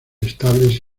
estables